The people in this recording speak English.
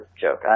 joke